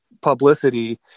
publicity